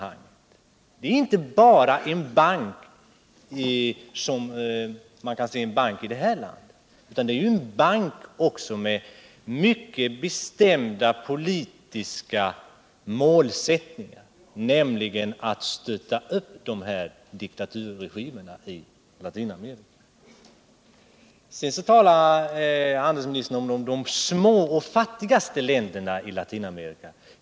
IDB är inte bara en bank i vanlig bemärkelse, utan det är också en bank med mycket bestämda politiska målsättningar, nämligen att stötta upp diktaturregimerna i Latinamerika. Handelsministern talade vidare om de små och fattigaste länderna i Latinamerika.